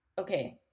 Okay